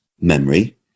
memory